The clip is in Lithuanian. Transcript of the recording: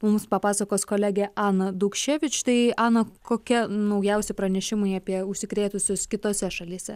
mums papasakos kolegė ana dukševič tai ana kokie naujausi pranešimai apie užsikrėtusius kitose šalyse